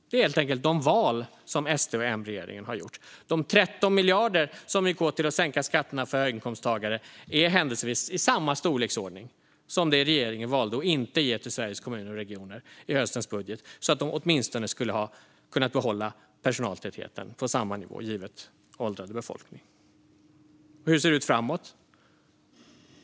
Det är helt enkelt de val som SD-M-regeringen har gjort. De 13 miljarder som gick åt till att sänka skatterna för höginkomsttagare är händelsevis i samma storleksordning som det regeringen valde att inte ge till Sveriges kommuner och regioner i höstens budget så att de åtminstone skulle ha kunnat behålla personaltätheten på samma nivå, givet en åldrande befolkning. Och hur ser det ut framåt?